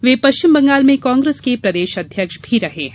वे पश्चिम बंगाल में कांग्रेस के प्रदेश अध्यक्ष भी रहे हैं